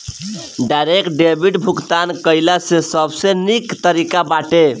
direct debit भुगतान कइला से सबसे निक तरीका बाटे